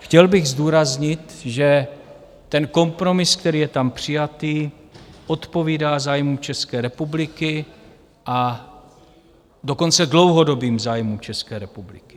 Chtěl bych zdůraznit, že ten kompromis, který je tam přijatý, odpovídá zájmům České republiky, a dokonce dlouhodobým zájmům České republiky.